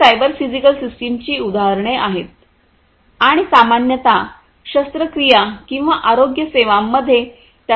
ही cyber physical सिस्टमची उदाहरणे आहेत आणि सामान्यत शस्त्रक्रिया किंवा आरोग्य सेवांमध्ये त्यांचा वापर केला जातो